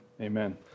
Amen